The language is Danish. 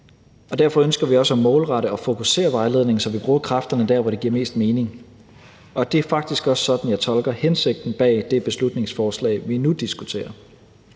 Derfor ønsker vi også at målrette og fokusere vejledningen, så vi bruger kræfterne der, hvor det giver mest mening. Det er faktisk også sådan, jeg tolker hensigten bag det beslutningsforslag, vi nu diskuterer.